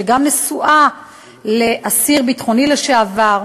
שגם נשואה לאסיר ביטחוני לשעבר.